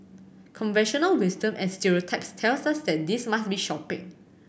conventional wisdom and stereotypes tell us that this must be shopping